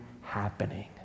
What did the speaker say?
happening